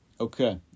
Okay